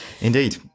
Indeed